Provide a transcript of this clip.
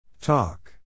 Talk